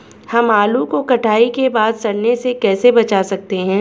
हम आलू को कटाई के बाद सड़ने से कैसे बचा सकते हैं?